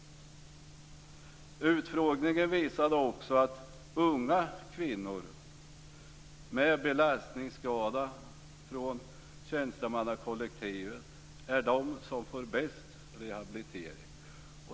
Utfrågningen visade också att unga kvinnor med belastningsskador från tjänstemannakollektivet är de som får bäst rehabilitering.